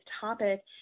topic